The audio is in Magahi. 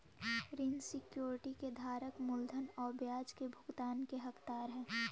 ऋण सिक्योरिटी के धारक मूलधन आउ ब्याज के भुगतान के हकदार हइ